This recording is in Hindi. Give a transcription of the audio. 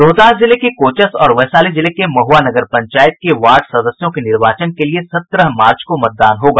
रोहतास जिले के कोचस और वैशाली जिले के महुआ नगर पंचायत के वार्ड सदस्यों के निर्वाचन के लिये सत्रह मार्च को मतदान होगा